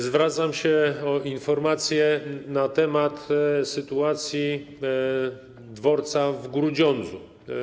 Zwracam się z prośbą o informację na temat sytuacji dworca w Grudziądzu.